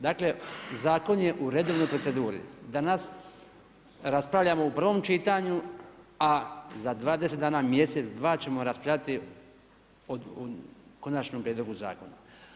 Dakle zakon je u redovnoj proceduri, danas raspravljamo u prvom čitanju, a za 20 dana, mjesec, dva ćemo raspravljati o konačnom prijedlogu zakona.